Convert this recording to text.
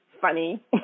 funny